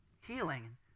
Healing